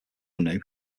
new